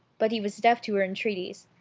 but he was deaf to her entreaties.